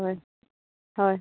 হয় হয়